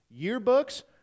yearbooks